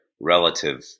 relative